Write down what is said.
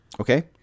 Okay